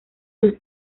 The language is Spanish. sus